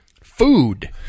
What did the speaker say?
Food